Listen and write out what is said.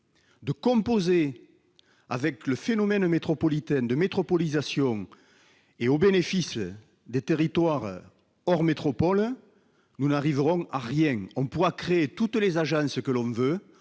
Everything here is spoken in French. de composer avec le phénomène de métropolisation au bénéfice des territoires hors métropole, nous n'arriverons à rien ! On pourra créer toutes les agences que l'on veut,